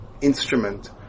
instrument